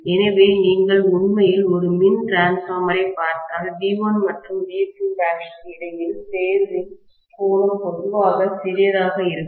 எனவே நீங்கள் உண்மையில் ஒரு மின் டிரான்ஸ்பார்மரை பார்த்தால் V1 மற்றும் V2' க்கு இடையில் பேஸ் இன் கோணம் பொதுவாக சிறியதாக இருக்கும்